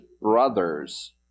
brothers